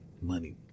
money